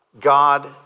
God